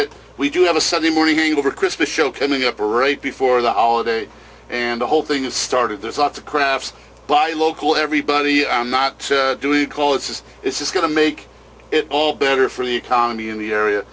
it we do have a sunday morning over christmas show coming up or right before the holiday and the whole thing started there's lots of crafts by local everybody i'm not doing call this is this is going to make it all better for the economy in the area